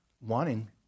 wanting